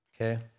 okay